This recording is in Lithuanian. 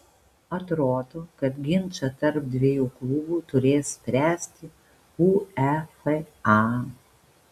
atrodo kad ginčą tarp dviejų klubų turės spręsti uefa